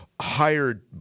hired